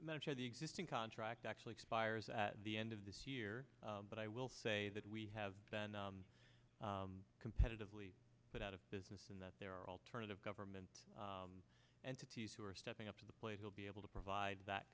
run the existing contract actually expires at the end of this year but i will say that we have been competitively put out of business and that there are alternative government entities who are stepping up to the plate will be able to provide that